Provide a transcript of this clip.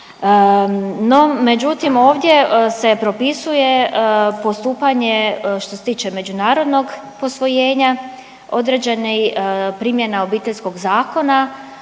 međutim ovdje se propisuje postupanje što se tiče međunarodnog posvojenja određena je primjena Obiteljskog zakona